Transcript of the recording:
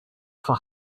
for